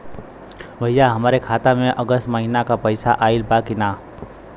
भईया हमरे खाता में अगस्त महीना क पैसा आईल बा की ना?